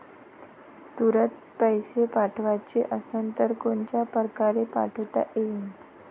तुरंत पैसे पाठवाचे असन तर कोनच्या परकारे पाठोता येईन?